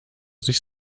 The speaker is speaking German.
sich